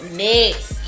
next